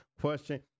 question